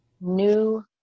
new